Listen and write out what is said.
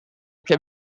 che